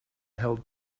held